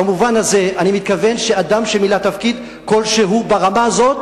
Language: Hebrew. במובן הזה אני מתכוון שאדם שמילא תפקיד כלשהו ברמה הזאת,